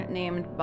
named